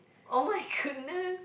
oh-my-goodness